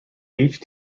each